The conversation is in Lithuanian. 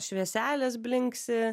švieselės blinksi